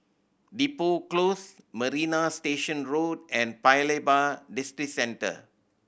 Depot Close Marina Station Road and Paya Lebar Districentre